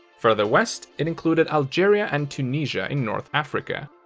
further west, it included algeria and tunisia in north africa,